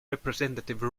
representative